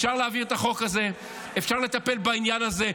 אפשר להעביר את החוק הזה, אפשר לטפל בעניין הזה.